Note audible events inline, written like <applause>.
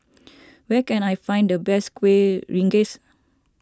<noise> where can I find the best Kueh Rengas